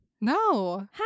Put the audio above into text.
No